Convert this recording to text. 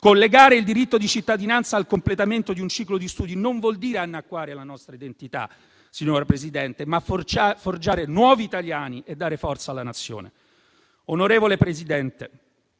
Collegare il diritto di cittadinanza al completamento di un ciclo di studi non vuol dire annacquare la nostra identità, signora Presidente, ma forgiare nuovi italiani e dare forza alla Nazione. Onorevole Presidente,